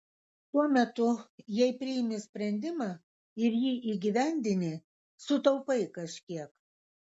tuo metu jei priimi sprendimą ir jį įgyvendini sutaupai kažkiek